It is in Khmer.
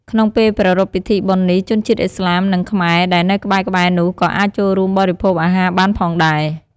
ក្នុងពេលប្រារព្ធពិធីបុណ្យនេះ ជនជាតិឥស្លាម និងខ្មែរដែលនៅក្បែរៗនោះក៏អាចចូលរួមបរិភោគអាហារបានផងដែរ។